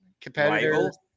competitors